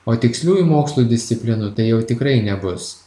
o tiksliųjų mokslų disciplinų tai jau tikrai nebus